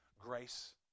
grace